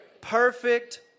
perfect